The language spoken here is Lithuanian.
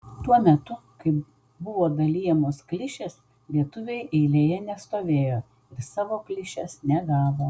tuo metu kai buvo dalijamos klišės lietuviai eilėje nestovėjo ir savo klišės negavo